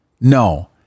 No